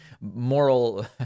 moral